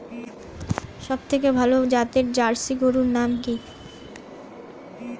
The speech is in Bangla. সবথেকে ভালো জাতের জার্সি গরুর নাম কি?